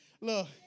Look